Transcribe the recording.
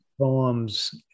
poems